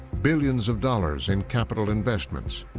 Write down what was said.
billions of dollars in capital investments,